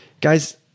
Guys